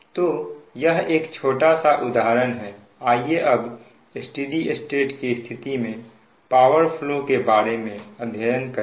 तो यह एक छोटा सा उदाहरण है आइए अब स्टेडी स्टेट के स्थिति में पावर फ्लो के बारे में अध्ययन करें